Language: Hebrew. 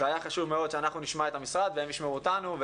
היה חשוב מאוד שאנחנו נשמע את המשרד והם ישמעו אותנו,